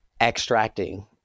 extracting